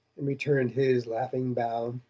and returned his laughing bow.